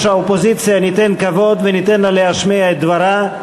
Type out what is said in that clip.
האופוזיציה ניתן כבוד וניתן לה להשמיע את דברה.